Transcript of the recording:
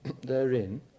therein